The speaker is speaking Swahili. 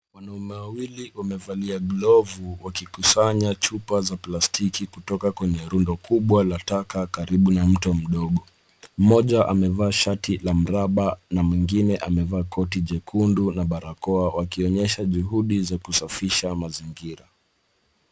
Wanaume wawili wamevalia glovu wakikusanya chupa za plastiki kutoka kwenye rundo kubwa la taka, karibu na mto mdogo. Mmoja amevaa shati la mraba na mwingine koti jekundu na barakoa, wakionyesha juhudi za kusafisha mazingira.